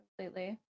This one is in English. completely